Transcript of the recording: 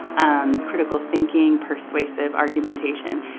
and critical thinking, persuasive argumentation,